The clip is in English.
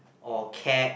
or cab